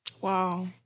Wow